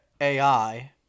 AI